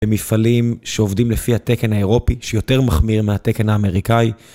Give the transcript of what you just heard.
ומפעלים שעובדים לפי התקן האירופי, שיותר מחמיר מהתקן האמריקאי.